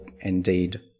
indeed